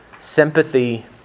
sympathy